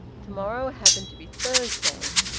to-morrow happened to be thursday.